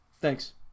Thanks